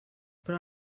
però